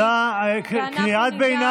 למה אף אחד